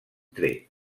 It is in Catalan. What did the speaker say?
tret